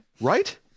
right